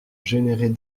générer